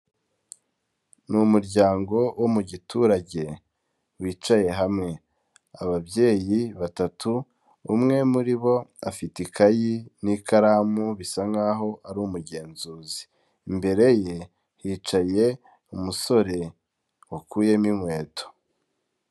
Ni umuryango wo mu giturage wicaye hamwe ababyeyi batatu umwe muri bo afite ikayi n'ikaramu bisa nkaho ari umugenzuzi imbere ye hicaye umusore wakuyemo inkweto.